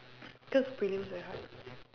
cause prelims very hard